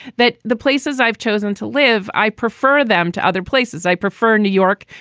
that the places i've chosen to live, i prefer them to other places. i prefer new york,